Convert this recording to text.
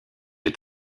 est